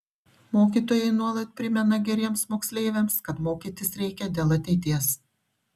mokytojai nuolat primena geriems moksleiviams kad mokytis reikia dėl ateities